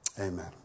Amen